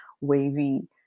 wavy